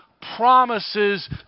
promises